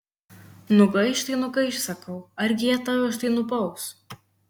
nugaiš tai nugaiš sakau argi jie tave už tai nubaus